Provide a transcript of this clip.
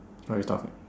ya it's tough man